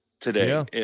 today